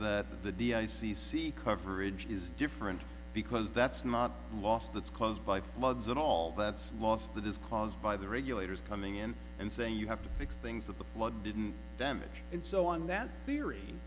that the d i c c coverage is different because that's not lost that's caused by floods and all that's lost that is caused by the regulators coming in and saying you have to fix things that the flood didn't damage and so on that theory